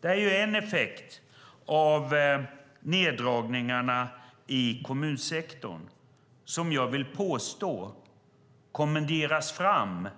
Detta är en effekt av neddragningarna i kommunsektorn som jag vill påstå kommenderas fram